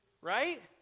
Right